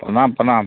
प्रणाम प्रणाम